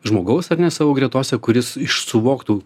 žmogaus ar ne savo gretose kuris iš suvoktų